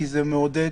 כי זה בעצם מעודד,